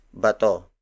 bato